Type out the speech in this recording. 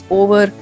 over